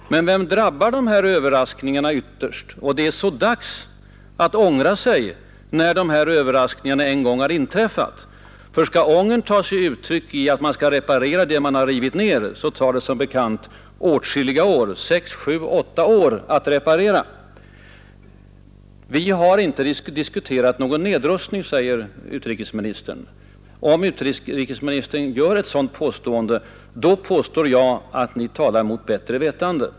Men vem drabbar sådana överraskningar ytterst? Och det är så dags att ångra sig när överraskningarna en gång har inträffat. Skall ångern ta sig uttryck i att man vill reparera det man har rivit ned, så tar det som bekant åtskilliga år — sex, sju, åtta år. Vi har inte diskuterat någon nedrustning, säger utrikesministern. När utrikesministern gör ett sådant påstående, hävdar jag att han talar mot bättre vetande.